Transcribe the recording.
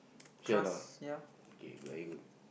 sure or not okay very good